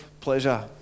pleasure